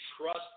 trust